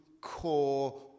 core